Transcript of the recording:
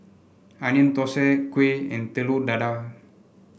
Onion Thosai Kuih and Telur Dadah